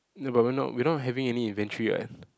no but we are not we are not having any inventory what